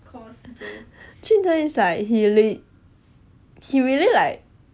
jun tng is like he la~ he really like